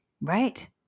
Right